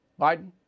Biden